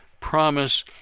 promise